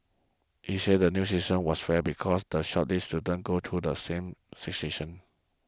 he said the new system was fair because the shortlisted students go through the same stations